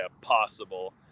possible